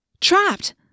Trapped